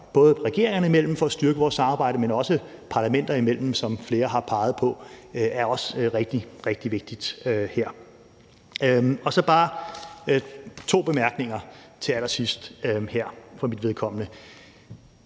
både regeringerne imellem, men også parlamenterne imellem, hvad flere har peget på er rigtig, rigtig vigtigt her. Så har jeg bare to bemærkninger her til allersidst for mit vedkommende.